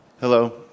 Hello